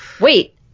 Wait